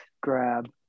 grab